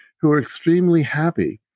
who are extremely happy.